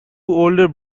older